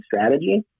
strategy